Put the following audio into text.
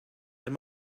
and